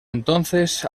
entonces